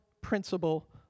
principle